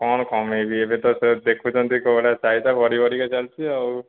କ'ଣ କମାଇବି ଏବେ ତ ସେ ଦେଖୁଛନ୍ତି କେଉଁଭଳିଆ ଚାହିଦା ବଢ଼ି ବଢ଼ିକା ଚାଲିଛି ଆଉ